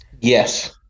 Yes